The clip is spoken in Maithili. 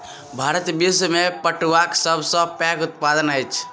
भारत विश्व में पटुआक सब सॅ पैघ उत्पादक अछि